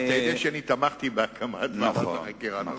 אתה יודע שתמכתי בהקמת ועדת חקירה.